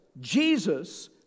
Jesus